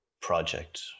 project